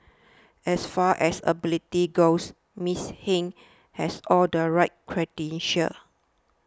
as far as ability goes Ms Hing has all the right credentials